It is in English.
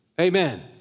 Amen